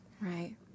Right